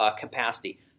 capacity